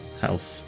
health